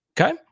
Okay